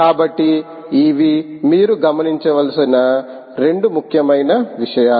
కాబట్టి ఇవి మీరు గమనించవలసిన రెండు ముఖ్యమైన విషయాలు